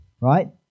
right